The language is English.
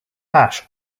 hash